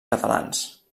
catalans